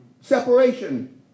Separation